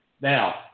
now